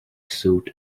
suit